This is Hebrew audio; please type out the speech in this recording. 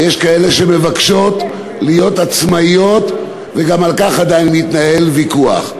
ויש כאלה שמבקשות להיות עצמאיות וגם על כך עדיין מתנהל ויכוח,